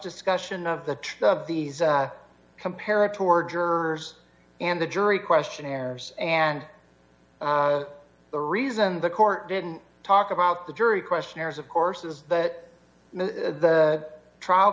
discussion of the truth of these compare it to are jurors and the jury questionnaires and the reason the court didn't talk about the jury questionnaires of course is that the trial